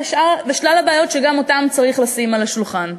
ושלל הבעיות שגם אותן צריך לשים על השולחן.